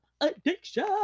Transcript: addiction